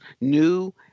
new